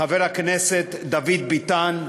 חבר הכנסת דוד ביטן,